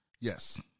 Yes